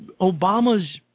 Obama's